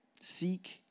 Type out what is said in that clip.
Seek